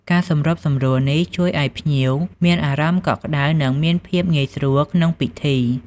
ការសម្របសម្រួលនេះជួយឱ្យភ្ញៀវមានអារម្មណ៍កក់ក្តៅ និងមានភាពងាយស្រួលក្នុងពិធី។